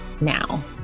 now